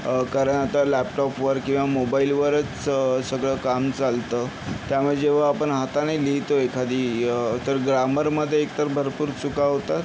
कारण आता लॅपटॉपवर किंवा मोबाइलवरच सगळं काम चालतं त्यामुळे जेव्हा आपण हाताने लिहितो एखादी तर ग्रामरमध्ये एकतर भरपूर चुका होतात